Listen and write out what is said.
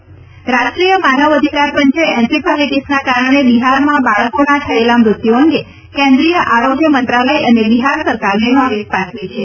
દરમિયાન રાષ્ટ્રીય માનવ અધિકાર પંચે એન્સીફાલીટીસના કારણે બિહારમાં બાળકોના થયેલા મૃત્યુ અંગે કેન્દ્રીય આરોગ્ય મંત્રાલય અને બિહાર સરકારને નોટિસ પાઠવી છે